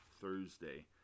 Thursday